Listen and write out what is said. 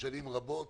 שנים רבות.